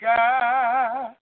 God